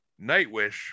Nightwish